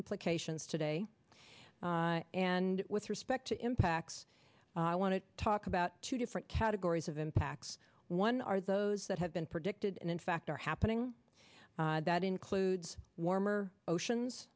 implications today and with respect to impacts i want to talk about two different categories of impacts one are those that have been predicted and in fact are happening that includes warmer oceans